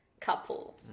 couple